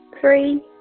three